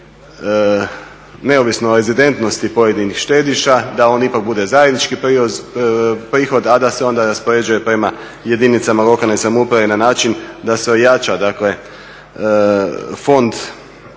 neovisno o rezidentnosti pojedinih štediša da on ipak bude zajednički prihod, a da se onda raspoređuje prema jedinicama lokalne samouprave na način da se ojača dakle